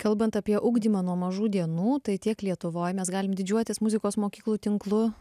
kalbant apie ugdymą nuo mažų dienų tai tiek lietuvoj mes galim didžiuotis muzikos mokyklų tinklu